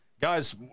Guys